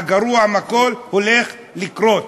הגרוע מכול הולך לקרות.